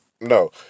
No